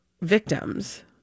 victims